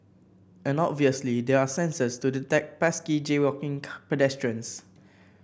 and obviously there are sensors to detect pesky jaywalking pedestrians